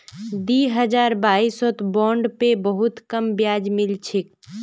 दी हजार बाईसत बॉन्ड पे बहुत कम ब्याज मिल छेक